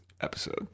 episode